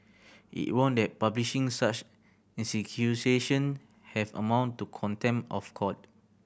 it warned that publishing such have amount to contempt of court